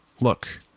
look